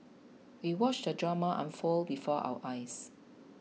we watched the drama unfold before our eyes